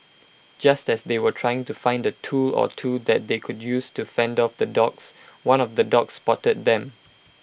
just as they were trying to find A tool or two that they could use to fend off the dogs one of the dogs spotted them